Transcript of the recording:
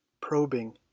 probing